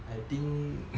I think